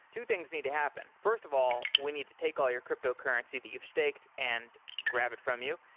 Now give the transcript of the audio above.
two things need to happen first of all, we need to take all your cryptocurrency that you've staked and grab it from you.